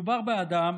מדובר באדם